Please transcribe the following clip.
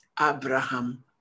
Abraham